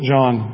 John